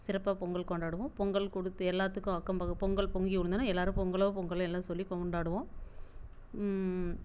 சிறப்பாக பொங்கல் கொண்டாடுவோம் பொங்கல் கொடுத்து எல்லாத்துக்கும் அக்கம் பக்கம் பொங்கல் பொங்கி விழுந்தோன எல்லாரும் பொங்கலோ பொங்கல்ன்னு எல்லாம் சொல்லி கொண்டாடுவோம்